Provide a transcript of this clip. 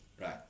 Right